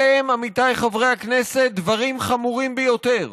אלה הם, עמיתיי חברי הכנסת, דברים חמורים ביותר.